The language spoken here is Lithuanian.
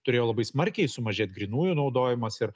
turėjo labai smarkiai sumažėt grynųjų naudojimas ir